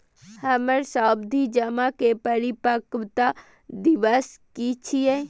हमर सावधि जमा के परिपक्वता दिवस की छियै?